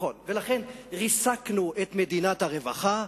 לכן ריסקנו את מדינת הרווחה,